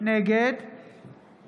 נגד